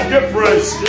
difference